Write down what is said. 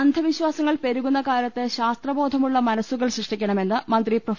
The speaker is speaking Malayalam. അന്ധവിശ്വാസങ്ങൾ പെരുകുന്ന കാലത്ത് ശാസ്ത്രബോധമുള്ള മനസ്സുകൾ സൃഷ്ടിക്കണമെന്ന് മന്ത്രി പ്രൊഫ